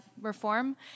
reform